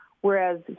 whereas